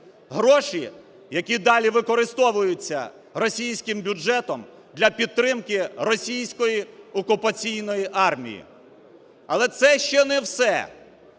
Гроші, які далі використовуються російським бюджетом для підтримки російської окупаційної армії. Але це ще не все.